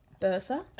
Bertha